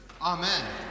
amen